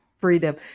freedom